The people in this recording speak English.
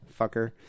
fucker